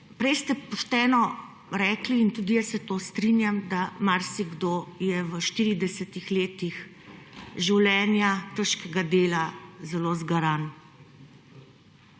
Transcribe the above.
Prej ste pošteno rekli in tudi jaz se s tem strinjam, da marsikdo je po štiridesetih letih življenja, težkega dela zelo zgaran.